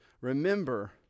remember